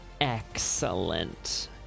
Excellent